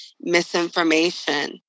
misinformation